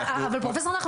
אבל פרופ' אש,